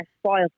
spoiled